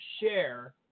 share